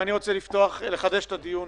אני רוצה לחדש את הדיון.